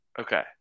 Okay